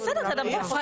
בסדר, תדברו.